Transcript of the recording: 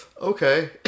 Okay